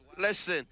Listen